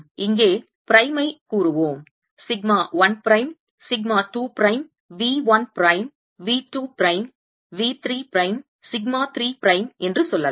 இங்கே பிரைமை கூறுவோம் sigma 1 prime sigma 2 prime V 1 prime V 2 prime V 3 prime sigma 3 prime என்று சொல்லலாம்